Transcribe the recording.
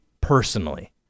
personally